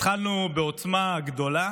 התחלנו בעוצמה גדולה,